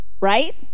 Right